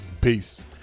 Peace